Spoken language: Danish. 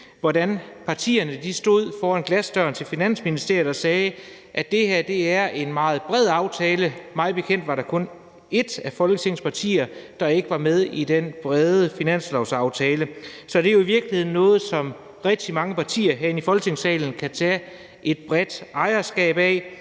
hvordan partierne stod foran glasdøren til Finansministeriet og sagde, at det her er en meget bred aftale. Mig bekendt var der kun et af Folketingets partier, der ikke var med i den brede finanslovsaftale, så det er jo i virkeligheden noget, som rigtig mange partier herinde i Folketingssalen kan tage et ejerskab